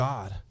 God